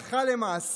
ומעניקה, הלכה למעשה,